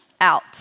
out